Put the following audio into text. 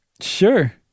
Sure